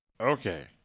Okay